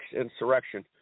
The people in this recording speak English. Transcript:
insurrection